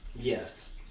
Yes